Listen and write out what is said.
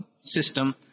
system